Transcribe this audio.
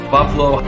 Buffalo